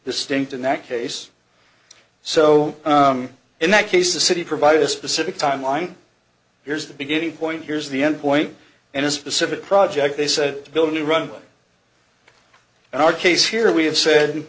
distinct in that case so in that case the city provided a specific timeline here's the beginning point here's the end point and a specific project they said to build a new runway and our case here we have said